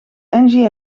engie